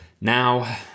now